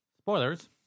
Spoilers